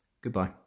goodbye